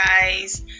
guys